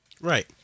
Right